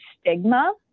stigma